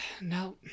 No